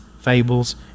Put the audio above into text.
fables